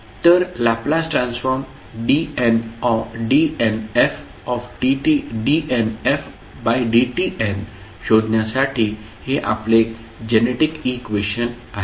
तर Laplace transform dnfdtn शोधण्यासाठी हे आपले जेनेटिक इक्वेशन आहे